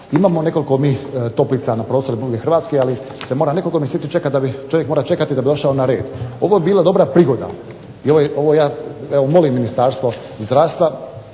imamo nekoliko mi toplica na prostoru Republike Hrvatske, ali se mora nekoliko mjeseci čekati da bi, čovjek mora čekati da bi došao na red. Ovo bi bila dobra prigoda, ovo ja evo molim Ministarstvo zdravstva